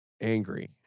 Angry